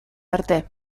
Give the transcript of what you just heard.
arte